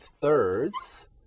thirds